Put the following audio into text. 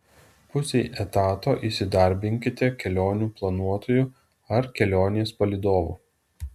pusei etato įsidarbinkite kelionių planuotoju ar kelionės palydovu